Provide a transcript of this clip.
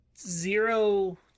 zero